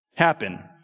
Happen